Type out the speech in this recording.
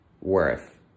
worth